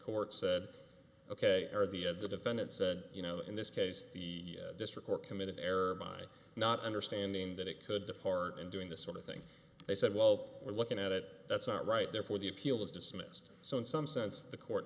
court said ok or the of the defendant said you know in this case the district or committed error by not understanding that it could depart in doing this sort of thing they said well we're looking at it that's not right therefore the appeal was dismissed so in some sense the court